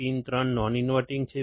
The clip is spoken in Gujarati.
પિન 3 નોન ઇન્વર્ટીંગ છે